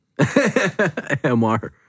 MR